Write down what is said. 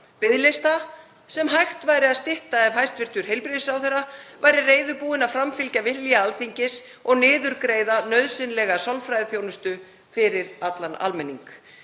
biðlista sem hægt væri að stytta ef hæstv. heilbrigðisráðherra væri reiðubúinn að framfylgja vilja Alþingis og niðurgreiða nauðsynlega sálfræðiþjónustu fyrir allan almenning.